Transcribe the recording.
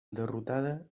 derrotada